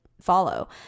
follow